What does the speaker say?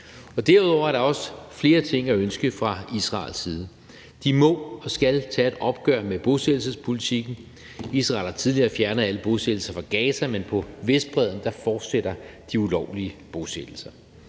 Derudover er der også flere ting at ønske fra Israels side. De må og skal tage et opgør med bosættelsespolitikken. Israel har tidligere fjernet alle bosættelser fra Gaza, men på Vestbredden fortsætter de ulovlige bosættelser.